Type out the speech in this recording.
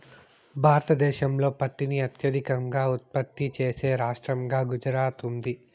భారతదేశంలో పత్తిని అత్యధికంగా ఉత్పత్తి చేసే రాష్టంగా గుజరాత్ ఉంది